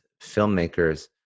filmmakers